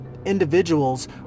individuals